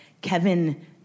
Kevin